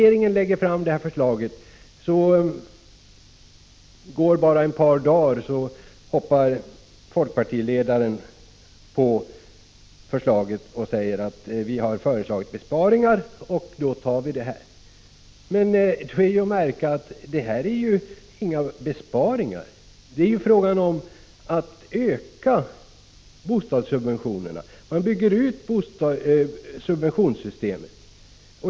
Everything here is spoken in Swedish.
Ett par dagar efter det att regeringen hade lagt fram detta förslag anslöt sig folkpartiledaren till det. Han sade att folkpartiet hade föreslagit besparingar, och därför anslöt man sig till detta förslag. Det är emellertid att märka att detta inte är någon besparing. Detta förslag innebär att man ökar bostadssubventionerna. Man bygger ut subventionssystemet.